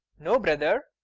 no, brother.